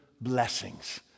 blessings